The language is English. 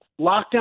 lockdown